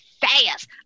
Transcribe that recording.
fast